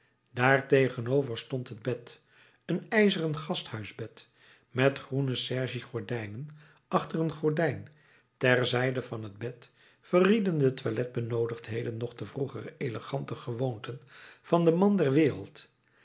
daartegenover stond het bed een ijzeren gasthuisbed met groene sergie gordijnen achter een gordijn ter zijde van het bed verrieden de toiletbenoodigdheden nog de vroegere elegante gewoonten van den man der wereld